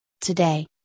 Today